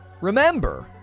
remember